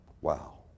Wow